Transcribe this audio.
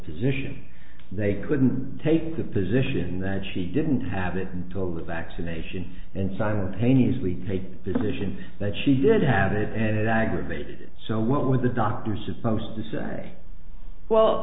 position they couldn't take the position that she didn't have it and told the vaccination and simultaneously a decision that she did have it and it aggravated so what was the doctor supposed to say well